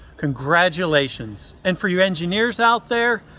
congratulations and for your engineers out there,